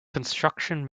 construction